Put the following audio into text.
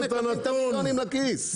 הם מקבלים את המיליונים לכיס.